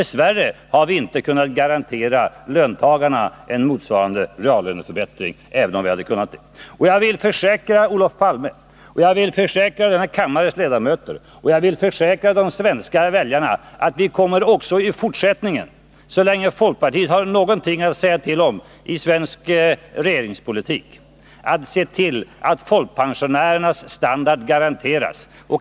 Dess värre har vi inte kunnat garantera löntagarna en motsvarande reallöneförbättring, även om vi önskat detta. Jag vill försäkra Olof Palme, kammarens ledamöter och de svenska väljarna att vi kommer också i fortsättningen, så länge folkpartiet har någonting att säga till om i svensk regeringspolitik, att se till att folkpensionärernas standard garanteras.